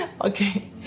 Okay